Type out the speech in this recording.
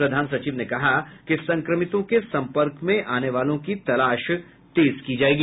प्रधान सचिव ने कहा कि संक्रमितों के संपर्क में आने वालों की तलाश तेज की जायेगी